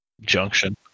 junction